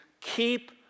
keep